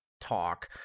talk